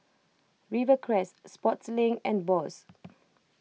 Rivercrest Sportslink and Bose